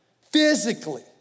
Physically